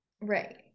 right